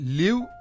live